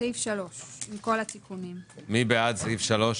סעיף 18. מי בעד אישור סעיף 18?